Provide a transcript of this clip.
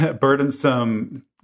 burdensome